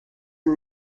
and